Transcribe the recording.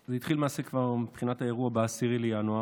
זה התחיל למעשה, מבחינת האירוע, כבר ב-10 בינואר.